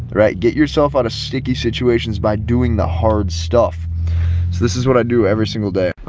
right? get yourself out of sticky situations by doing the hard stuff. so this is what i do every single day.